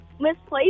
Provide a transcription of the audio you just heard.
misplaced